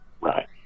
Right